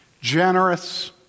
Generous